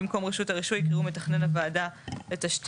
במקום "רשות הרישוי" יקראו "מתכנן הוועדה לתשתיות".